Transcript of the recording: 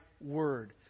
word